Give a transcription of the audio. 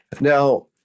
Now